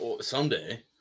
someday